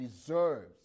deserves